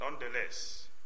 Nonetheless